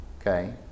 okay